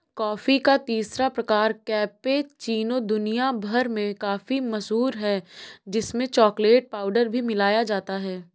coffee का तीसरा प्रकार कैपेचीनो दुनिया भर में काफी मशहूर है जिसमें चॉकलेट पाउडर भी मिलाया जाता है